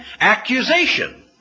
accusation